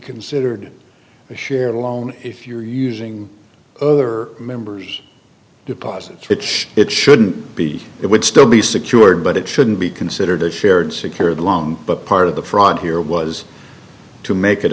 considered a share loan if you're using other members deposits which it shouldn't be it would still be secured but it shouldn't be considered a shared security long but part of the fraud here was to make it